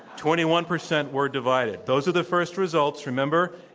twenty one percent were divided. those are the first results. remember,